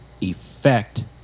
effect